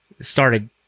started